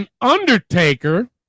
Undertaker